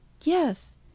Yes